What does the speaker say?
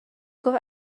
گفت